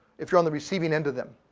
if you're on the receiving end of them.